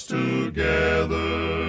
together